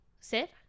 Sit